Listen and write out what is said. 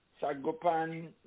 Sagopan